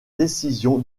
décision